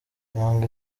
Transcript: nanga